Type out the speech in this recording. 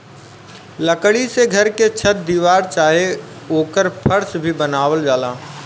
लकड़ी से घर के छत दीवार चाहे ओकर फर्स भी बनावल जाला